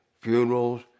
funerals